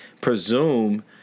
presume